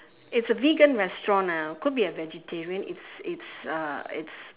it's a vegan restaurant ah could be a vegetarian restaurant it's it's a it's